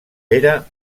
era